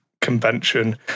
convention